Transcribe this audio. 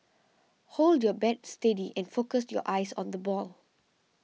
hold your bat steady and focus your eyes on the ball